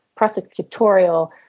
prosecutorial